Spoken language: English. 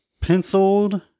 penciled